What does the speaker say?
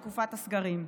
בתקופת הסגרים.